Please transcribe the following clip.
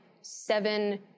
seven